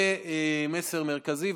זה מסר מרכזי.